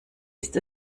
ist